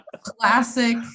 classic